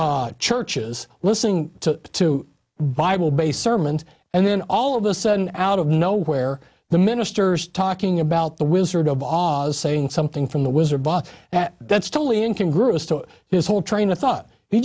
in churches listening to two bible based sermons and then all of a sudden out of nowhere the ministers talking about the wizard of oz saying something from the wizard bot that's totally in can group his whole train of thought he